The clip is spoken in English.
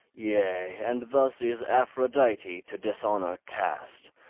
yea, and thus is aphrodite to dishonour cast,